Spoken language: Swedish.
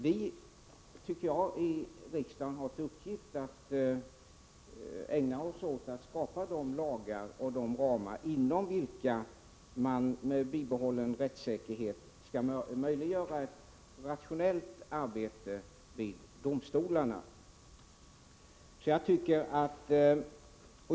Vi har här i riksdagen till uppgift att skapa de ramar inom vilka man med bibehållen rättssäkerhet kan utföra ett rationellt arbete vid domstolarna.